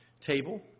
table